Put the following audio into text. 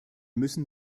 müssen